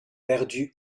perdus